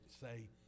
say